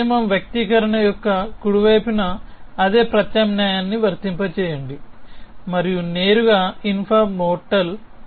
ఈ నియమం వ్యక్తీకరణ యొక్క కుడి వైపున అదే ప్రత్యామ్నాయాన్ని వర్తింపజేయండి మరియు నేరుగా ఇన్ఫ్రా మోర్టల్